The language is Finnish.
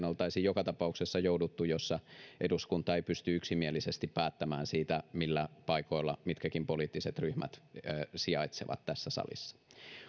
oltaisiin joka tapauksessa jouduttu tällaiseen tilanteeseen jossa eduskunta ei pysty yksimielisesti päättämään siitä millä paikoilla mitkäkin poliittiset ryhmät sijaitsevat tässä salissa